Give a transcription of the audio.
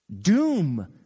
doom